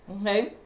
Okay